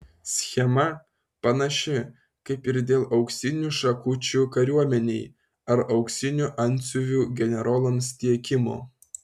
schema panaši kaip ir dėl auksinių šakučių kariuomenei ar auksinių antsiuvų generolams tiekimo